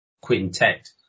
quintet